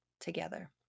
together